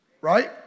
right